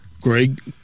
Greg